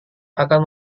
akan